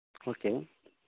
okay